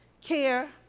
care